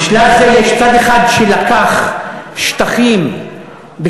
בשלב זה יש צד אחד שלקח שטחים ב-67',